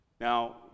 Now